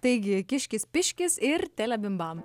taigi kiškis piškis ir telebimbam